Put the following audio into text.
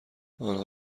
آنها